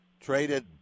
traded